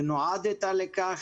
נועדת לכך.